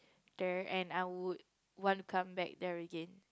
there and I would want come back there again